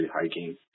hiking